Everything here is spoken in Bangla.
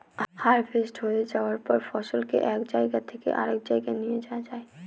হার্ভেস্ট হয়ে যায়ার পর ফসলকে এক জায়গা থেকে আরেক জাগায় নিয়ে যাওয়া হয়